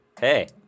hey